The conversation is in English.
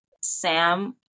Sam